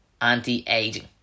anti-aging